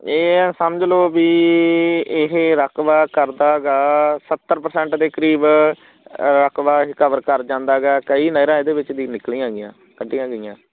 ਇਹ ਸਮਝ ਲਓ ਵੀ ਇਹ ਰਕਬਾ ਕਰਦਾ ਗਾ ਸੱਤਰ ਪ੍ਰਸੈਂਟ ਦੇ ਕਰੀਬ ਰਕਬਾ ਇਹ ਕਵਰ ਕਰ ਜਾਂਦਾ ਹੈਗਾ ਕਈ ਨਹਿਰਾਂ ਇਹਦੇ ਵਿੱਚ ਦੀ ਨਿਕਲੀਆਂ ਗਈਆਂ ਕੱਢੀਆਂ ਗਈਆਂ